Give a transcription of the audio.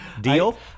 Deal